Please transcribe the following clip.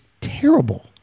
terrible